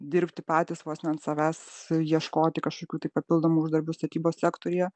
dirbti patys vos ne ant savęs ieškoti kažkokių tai papildomų uždarbių statybos sektoriuje